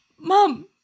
mom